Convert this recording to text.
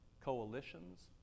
coalitions